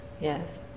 yes